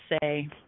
say